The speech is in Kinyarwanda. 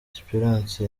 espérance